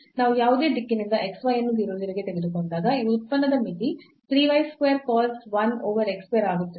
ನಾವು ಯಾವುದೇ ದಿಕ್ಕಿನಿಂದ xy ಅನ್ನು 0 0 ಗೆ ತೆಗೆದುಕೊಂಡಾಗ ಈ ಉತ್ಪನ್ನದ ಮಿತಿ 3 y square cos 1 over x square ಆಗುತ್ತದೆ